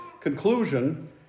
conclusion